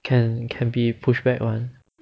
can can be pushed back [one]